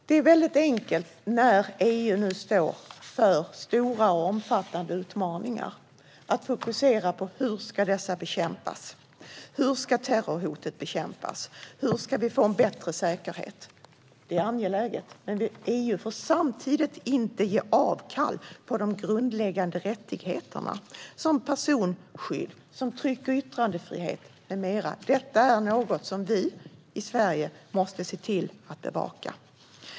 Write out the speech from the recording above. Det är enkelt när EU nu står inför stora och omfattande utmaningar att fokusera på hur dessa ska hanteras. Hur ska terrorhotet bekämpas? Hur ska vi få en bättre säkerhet? Det är angeläget att göra det, men EU får samtidigt inte göra avkall på de grundläggande rättigheterna som personskydd, tryck och yttrandefrihet med mera. Detta är något som vi i Sverige måste se till att bevaka.